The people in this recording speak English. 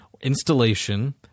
installation